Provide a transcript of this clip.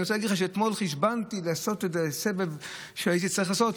אני רוצה להגיד לך שאתמול חשבנתי לעשות איזה סבב שהייתי צריך לעשות,